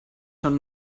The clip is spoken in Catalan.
són